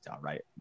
Right